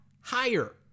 higher